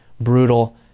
brutal